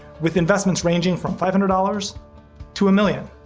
with investments ranging from five hundred dollars to a million.